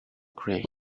great